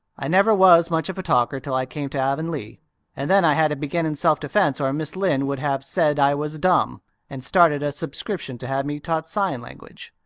i never was much of a talker till i came to avonlea and then i had to begin in self-defense or mrs. lynde would have said i was dumb and started a subscription to have me taught sign language.